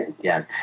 Yes